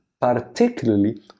particularly